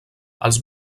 els